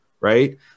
right